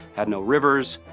had no rivers.